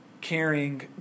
caring